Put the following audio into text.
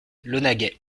launaguet